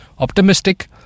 optimistic